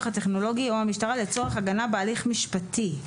הטכנולוגי או המשטרה לצורך הגנה בהליך משפטי".